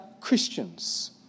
Christians